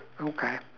okay